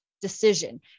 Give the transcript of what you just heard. decision